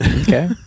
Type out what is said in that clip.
Okay